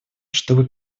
чтобы